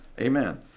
Amen